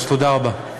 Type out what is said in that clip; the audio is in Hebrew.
אז תודה רבה.